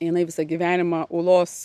jinai visą gyvenimą ūlos